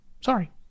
Sorry